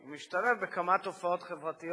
הוא משתלב בכמה תופעות חברתיות